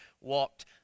walked